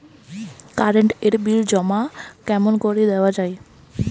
Current এর bill জমা কেমন করি দেওয়া যায়?